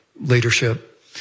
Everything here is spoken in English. leadership